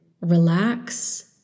relax